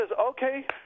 okay